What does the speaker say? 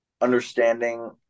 understanding